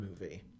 movie